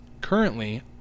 currently